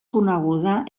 coneguda